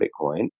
Bitcoin